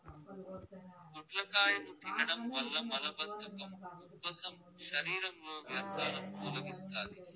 పొట్లకాయను తినడం వల్ల మలబద్ధకం, ఉబ్బసం, శరీరంలో వ్యర్థాలను తొలగిస్తాది